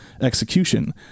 execution